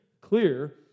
clear